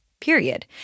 period